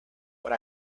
but